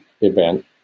event